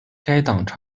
该党